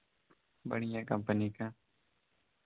बढ़ियाँ कंपनी का